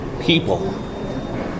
people